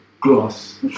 glass